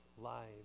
lives